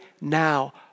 now